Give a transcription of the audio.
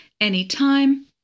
anytime